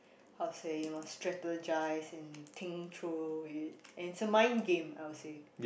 how to say you must strategise and think through it's a mind game I would say